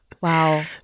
Wow